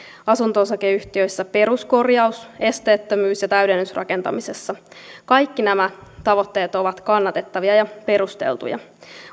asunto osakeyhtiöissä peruskorjaus esteettömyys ja täydennysrakentamisessa kaikki nämä tavoitteet ovat kannatettavia ja perusteltuja